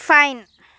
fine